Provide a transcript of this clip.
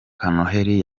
kanoheli